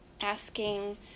asking